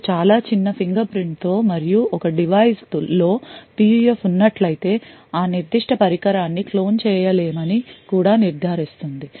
మరియు చాలా చిన్న finger print తో మరియు ఒక డివైస్ లో PUF ఉన్నట్లయితే ఆ నిర్దిష్ట పరికరాన్ని క్లోన్ చేయలేమని కూడా నిర్ధారిస్తుంది